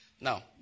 Now